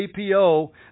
apo